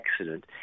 accident